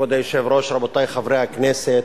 כבוד היושב-ראש, רבותי חברי הכנסת,